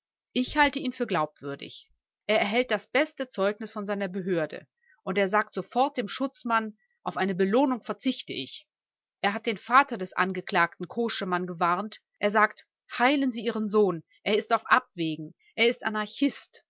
ich halte ihn für glaubwürdig er erhält das beste zeugnis von seiner behörde und er sagt sofort dem schutzmann auf eine belohnung verzichte ich er hat den vater des angeklagten koschemann gewarnt er sagt heilen sie ihren sohn er ist auf abwegen er ist anarchist